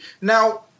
Now